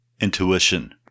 Intuition